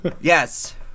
Yes